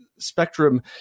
spectrum